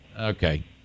okay